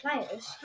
players